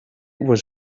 was